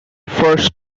first